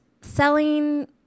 selling